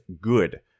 good